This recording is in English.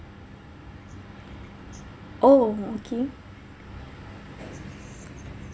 oh okay